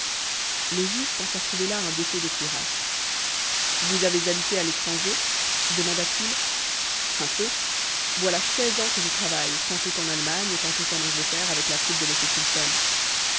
le juge pensa trouver là un défaut de cuirasse vous avez habité l'étranger demanda-t-il un peu voilà seize ans que je travaille tantôt en allemagne tantôt en angleterre avec la troupe de m simpson